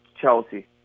Chelsea